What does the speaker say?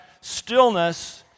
stillness